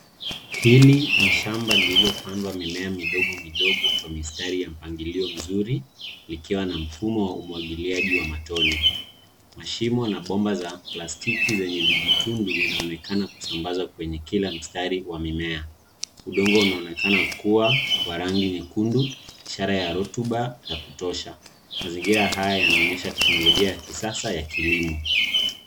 Hili ni shamba lililopandwa mimea midogo midogo, kwa mistari ya mpangilio mzuri, likiwa na mfumo wa umwagiliaji wa matone. Mashimo na bomba za plastiki zenye vijitundu vinaonekana kusambaza kwenye kila mstari wa mimea. Udongo unaonekana kuwa wa rangi nyekundu, ishara ya rotuba ya kutosha. Mazingira haya yanaonyesha teknolojia ya kisasa ya kilimo.